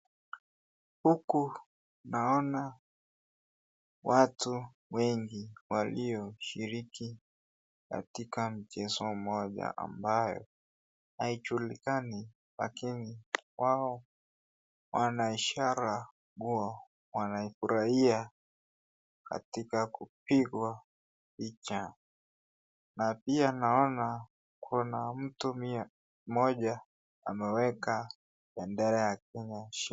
Huku naona watu wengi walioshiriki katika mchezo mmoja ambayo ,haijulikani lakini wao wanaishara kuwa wanafurahia katika kupigwa picha, na pia naona kuna mtu Mia moja ameweka bendera ya Kenya chini.